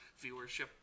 viewership